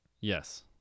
Yes